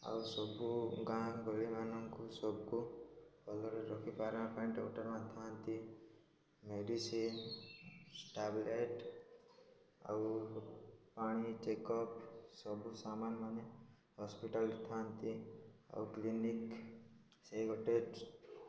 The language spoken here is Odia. ଆଉ ସବୁ ଗାଁ ଗହଳି ମାନଙ୍କୁ ସବୁ ଭଲରେ ରଖିପାରିବା ପାଇଁ ଡକ୍ଟର ମାନେ ଥାନ୍ତି ମେଡ଼ିସିନ ଟ୍ୟାବଲେଟ୍ ଆଉ ପାଣି ଚେକ୍ ଅପ୍ ସବୁ ସାମାନ ମାନେ ହସ୍ପିଟାଲରେ ଥାନ୍ତି ଆଉ କ୍ଲିନିକ୍ ସେଇ ଗୋଟେ